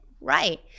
Right